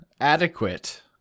adequate